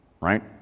right